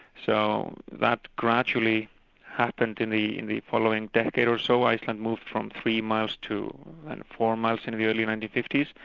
so that gradually happened in the in the following decade or so. iceland moved from three miles to and four miles in kind of the early nineteen fifty s,